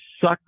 suck